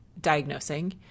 diagnosing